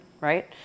right